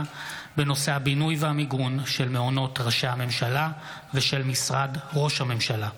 בנושא: הבינוי והמיגון של מעונות ראשי הממשלה ושל משרד ראש הממשלה.